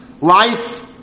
Life